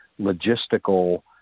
logistical